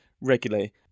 regularly